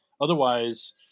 Otherwise